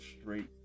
straight